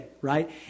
right